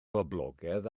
boblogaidd